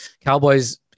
Cowboys